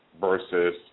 versus